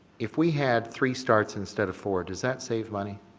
if we had three starts instead of four, does that save money?